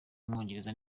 w’umwongereza